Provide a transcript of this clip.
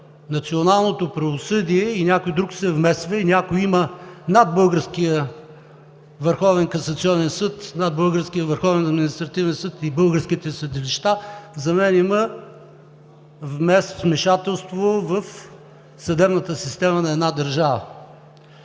националното правосъдие и някой друг се вмесва, и е над българския Върховен касационен съд, Върховния административен съд и българските съдилища, за мен има вмешателство в съдебната система на една държава.